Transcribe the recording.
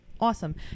Awesome